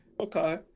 Okay